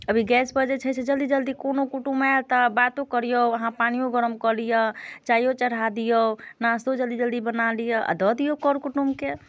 अभी गैसपर जे छै से जल्दी जल्दी कोनो कुटुम्बे आयल तऽ बातो करियौ अहाँ पानियो गरम कऽ लिअ चाइयो चढ़ा दियौ नास्तो जल्दी जल्दी बना लिअ आ दऽ दियौ कर कुटुम्बकेँ